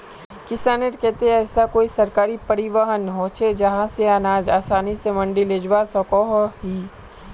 किसानेर केते ऐसा कोई सरकारी परिवहन होचे जहा से अनाज आसानी से मंडी लेजवा सकोहो ही?